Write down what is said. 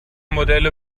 modelle